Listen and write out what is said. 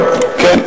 כן.